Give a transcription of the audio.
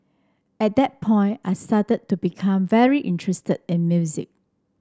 at that point I started to become very interested in music